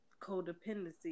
codependency